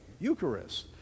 Eucharist